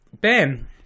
Ben